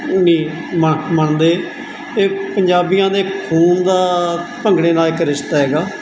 ਨਹੀਂ ਮ ਮੰਨਦੇ ਇਹ ਪੰਜਾਬੀਆਂ ਦੇ ਖੂਨ ਦਾ ਭੰਗੜੇ ਨਾਲ ਇੱਕ ਰਿਸ਼ਤਾ ਹੈਗਾ